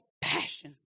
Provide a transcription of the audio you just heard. passion